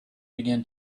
began